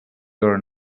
your